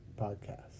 podcast